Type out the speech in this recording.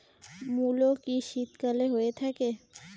মূলো কি শীতকালে হয়ে থাকে?